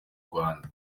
rwanda